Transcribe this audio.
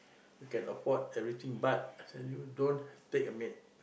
you can afford everything but I tell you don't take a maid